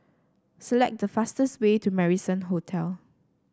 select the fastest way to Marrison Hotel